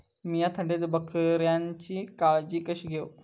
मीया थंडीत बकऱ्यांची काळजी कशी घेव?